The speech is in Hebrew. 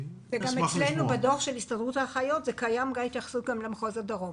בדוח של הסתדרות האחיות שהכנו קיימת התייחסות גם למחוז הדרום.